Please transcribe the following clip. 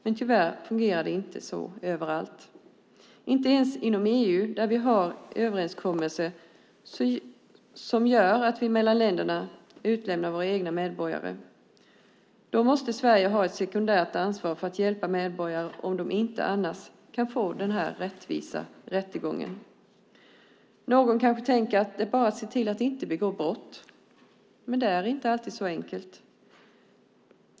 Men tyvärr fungerar det inte så överallt, inte ens inom EU där vi har överenskommelser som gör att vi mellan länderna utlämnar våra egna medborgare. Då måste Sverige ha ett sekundärt ansvar för att hjälpa medborgare om de inte annars kan få en rättvis rättegång. Någon kanske tänker att det bara är att se till att inte begå brott, men det är inte alltid så enkelt.